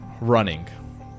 running